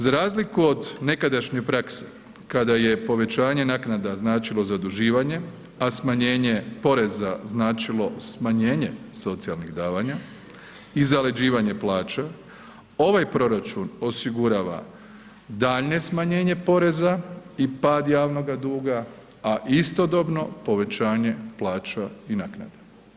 Za razliku od nekadašnje prakse kada je povećanje naknada značilo zaduživanje, a smanjenje poreza značilo smanjenje socijalnih davanja i zaleđivanje plaća, ovaj proračun osigurava daljnje smanjenje poreza i pad javnoga duga, a istodobno povećanje plaća i naknada.